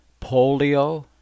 polio